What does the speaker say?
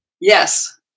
Yes